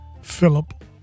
Philip